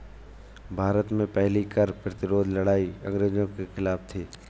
भारत में पहली कर प्रतिरोध लड़ाई अंग्रेजों के खिलाफ थी